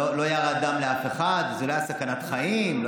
לא ירד דם לאף אחד, זאת לא הייתה סכנת חיים.